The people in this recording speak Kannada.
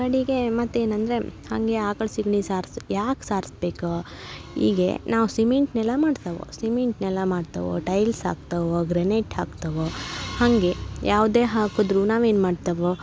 ಕಡೆಗೆ ಮತ್ತೇನಂದರೆ ಹಾಗೆ ಆಕಳ ಸೆಗಣಿ ಸಾರ್ಸಿ ಯಾಕೆ ಸಾರ್ಸ್ಬೇಕು ಈಗ ನಾವು ಸಿಮಿಂಟ್ ನೆಲ ಮಾಡ್ತೆವು ಸಿಮಿಂಟ್ ನೆಲ ಮಾಡ್ತೆವು ಟೈಲ್ಸ್ ಹಾಕ್ತೇವು ಗ್ರೆನೆಟ್ ಹಾಕ್ತೇವ ಹಾಗೆ ಯಾವುದೇ ಹಾಕಿದ್ರೂ ನಾವೇನು ಮಾಡ್ತೆವು